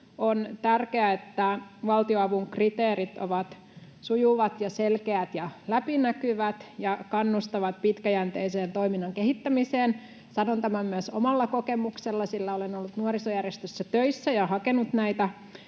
On tärkeää, että valtionavun kriteerit ovat sujuvat ja selkeät ja läpinäkyvät ja kannustavat pitkäjänteiseen toiminnan kehittämiseen. Sanon tämän myös omalla kokemuksellani, sillä olen ollut nuorisojärjestössä töissä ja hakenut näitä